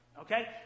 Okay